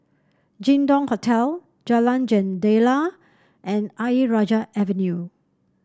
Jin Dong Hotel Jalan Jendela and Ayer Rajah Avenue